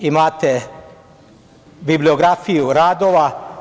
Imate bibliografiju radova.